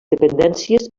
dependències